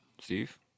Steve